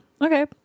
Okay